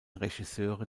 regisseure